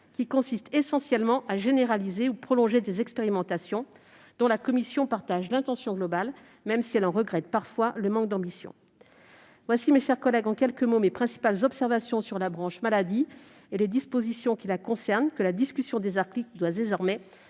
consistant essentiellement à généraliser ou prolonger des expérimentations, dont la commission partage l'intention globale, même si elle en regrette parfois le manque d'ambition. Telles sont en quelques mots, mes chers collègues, mes principales observations sur la branche maladie et les dispositions la concernant, que la discussion des articles doit désormais